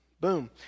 Boom